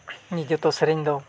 ᱱᱤᱡᱮ ᱛᱚ ᱥᱮᱨᱮᱧ ᱫᱚ